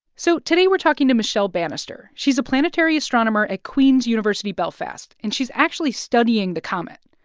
so today we're talking to michele bannister. she's a planetary astronomer at queen's university, belfast, and she's actually studying the comet.